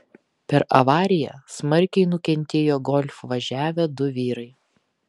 per avariją smarkiai nukentėjo golf važiavę du vyrai